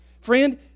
Friend